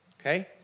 okay